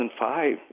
2005